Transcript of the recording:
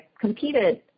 competed